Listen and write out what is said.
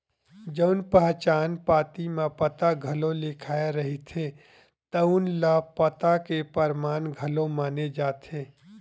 जउन पहचान पाती म पता घलो लिखाए रहिथे तउन ल पता के परमान घलो माने जाथे